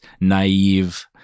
naive